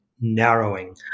narrowing